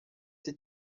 cye